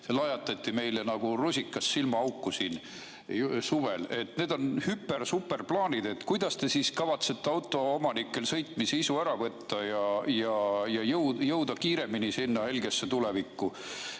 see lajatati meile suvel nagu rusikas silmaauku. Need on hüpersuperplaanid. Kuidas te kavatsete autoomanikel sõitmise isu ära võtta ja jõuda kiiremini sinna helgesse tulevikku?